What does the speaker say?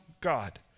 God